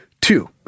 Two